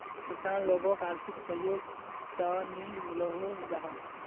किसान लोगोक आर्थिक सहयोग चाँ नी मिलोहो जाहा?